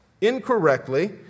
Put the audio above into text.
incorrectly